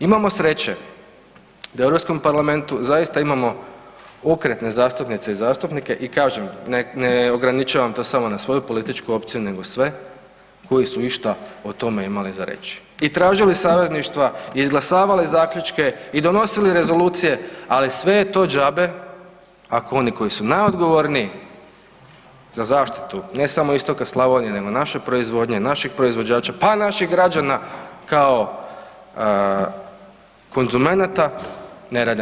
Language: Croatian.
Imamo sreće da u Europskom parlamentu zaista imamo okretne zastupnice i zastupnike i kažem ne ograničavam to samo na svoju političku opciju nego sve koji su išta o tome imali za reći i tražili savezništva, i izglasavali zaključke, i donosili rezolucije, ali sve je do džabe ako oni koji su najodgovorniji za zaštitu ne samo istoka Slavonije nego naše proizvodnje, naših proizvođača, pa i naših građana kao konzumenata ne rade